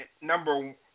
number